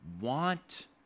want